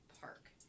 park